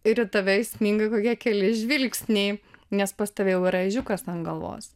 ir į tave įsminga kokie keli žvilgsniai nes pas tave jau yra ežiukas ant galvos